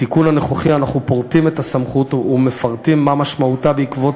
בתיקון הנוכחי אנחנו פורטים את הסמכות ומפרטים מה משמעותה בעקבות